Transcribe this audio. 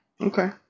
Okay